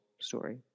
story